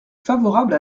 favorable